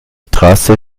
trasse